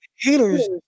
haters